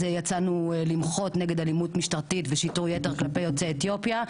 יצאנו למחות נגד אלימות משטרתית ושיטור יתר כלפי יוצאי אתיופיה,